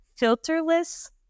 filterless